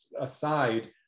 aside